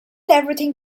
everything